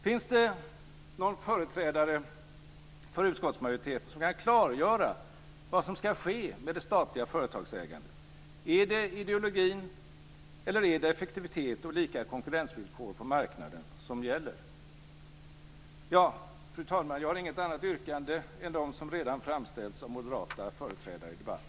Finns det någon företrädare för utskottsmajoriteten som kan klargöra vad som ska ske med det statliga företagsägandet? Är det ideologin eller är det effektivitet och lika konkurrensvillkor på marknaden som gäller? Fru talman! Jag har inget annat yrkande utöver de yrkanden som redan har framställts av moderata företrädare i debatten.